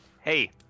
Hey